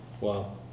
Wow